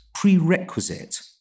prerequisite